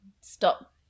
stop